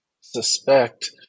suspect